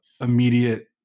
immediate